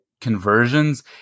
conversions